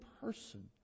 person